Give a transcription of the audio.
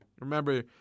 Remember